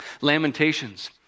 Lamentations